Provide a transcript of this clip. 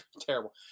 Terrible